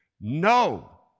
no